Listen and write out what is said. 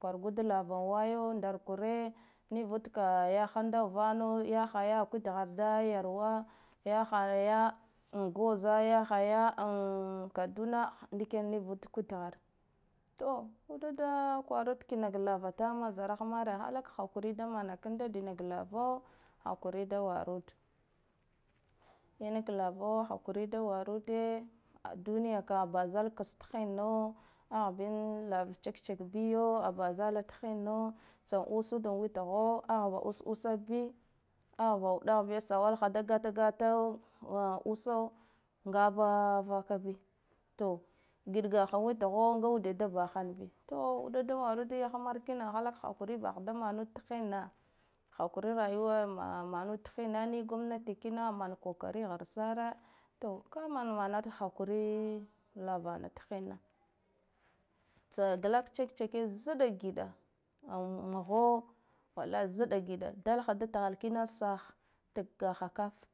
kwargud lava wayo ndar kure nivud ka yahanda vano yahaya da dhada da yarwa yahaya in guze yahaya in kaduna ndiken nuvud kwit hare, to uɗa da kwarud ka inaka lava dahmar zarah mare halak haquri da manakanda dinaka lavo hakuri da warud, inaka lava hakuri da warude a duniya kam bazala ka thimna ahbi n lava ka check-check biyo a bazala thinma tsa usuda witho ah ba us us bi ah ba uɗah bi, ah ba uɗah bi shuwala da gata gaya uso ngaba vak vaka bi to giɗgaha with nguɗe da bahhan bi, to uɗa dama nud yah mar kina halak haquri bah de manud thinna haquni rayu wa manu thinna ni gomnati kina man kokari harsane to ka mana mana ud haquri na mana thiuna tsa glak check-check zɓɓa giɗa an mho wallahi zdda gida dalaho kino saha tagiha kaff.